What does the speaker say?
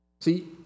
See